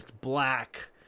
black